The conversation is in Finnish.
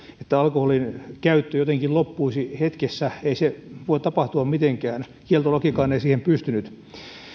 ja alkoholinkäyttö jotenkin loppuisi hetkessä ei se voi tapahtua mitenkään kieltolakikaan ei siihen pystynyt